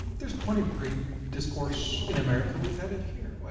there's plenty of great discourse in america. we've had it here.